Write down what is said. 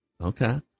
Okay